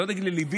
לא נגיד לליבי,